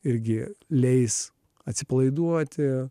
irgi leis atsipalaiduoti